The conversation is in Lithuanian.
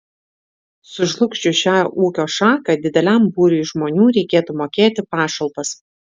sužlugdžius šią ūkio šaką dideliam būriui žmonių reikėtų mokėti pašalpas